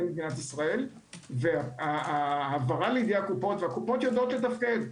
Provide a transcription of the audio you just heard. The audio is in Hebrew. מדינת ישראל וההעברה לידי הקופות הקופות יודעות לתפקד.